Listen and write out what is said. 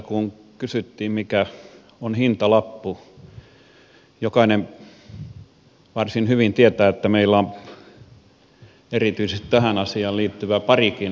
kun kysyttiin mikä on hintalappu jokainen varsin hyvin tietää että meillä on erityisesti tähän asiaan liittyvä vakava ongelma parikin